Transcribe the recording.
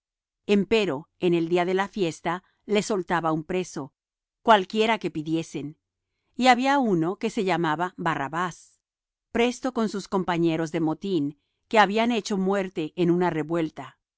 maravillaba empero en el día de la fiesta les soltaba un preso cualquiera que pidiesen y había uno que se llamaba barrabás preso con sus compañeros de motín que habían hecho muerte en una revuelta